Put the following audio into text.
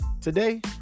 Today